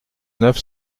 neuf